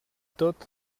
tot